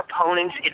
opponents